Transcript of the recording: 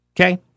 okay